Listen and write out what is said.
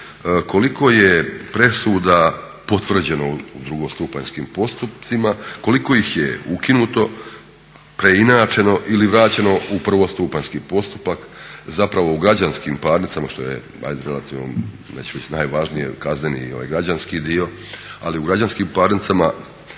koliko je presuda potvrđeno u drugostupanjskim postupcima, koliko ih je ukinuto, preinačeno ili vraćeno u prvostupanjski postupak zapravo u građanskim parnicama što je ajde relativno neću reći najvažnije, kazneni i ovaj građanski dio, ali u građanskim parnicama